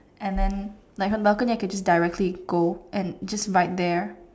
and then like from the balcony I can just directly go and just right there